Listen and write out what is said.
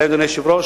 אדוני היושב-ראש,